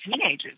teenagers